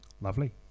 lovely